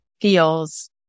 feels